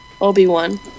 Obi-Wan